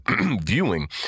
viewing